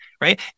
right